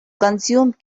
consume